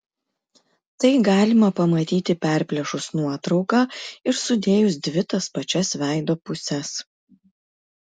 tai galima pamatyti perplėšus nuotrauką ir sudėjus dvi tas pačias veido puses